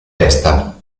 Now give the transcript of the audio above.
testa